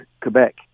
Quebec